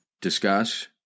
discuss